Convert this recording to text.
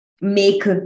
make